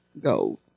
go